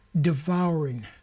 devouring